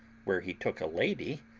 where he took a lady,